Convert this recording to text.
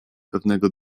pewnego